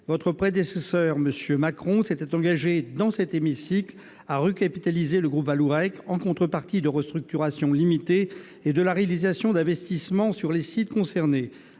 votre prédécesseur, M. Macron, s'était engagé dans cet hémicycle à recapitaliser le groupe Vallourec en contrepartie de restructurations limitées et de la réalisation d'investissements sur les sites concernés.